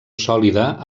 sòlida